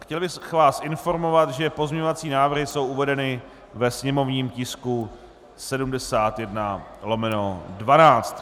Chtěl bych vás informovat, že pozměňovací návrhy jsou uvedeny ve sněmovním tisku 71/12.